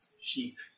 sheep